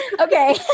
Okay